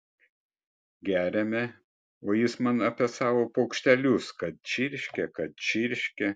geriame o jis man apie savo paukštelius kad čirškia kad čirškia